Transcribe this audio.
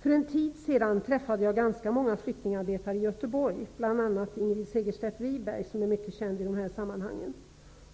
För en tid sedan träffade jag ganska många flyktingarbetare i Göteborg, bl.a. Ingrid Segerstedt Wiberg, som är mycket känd i dessa sammanhang.